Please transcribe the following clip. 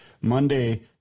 Monday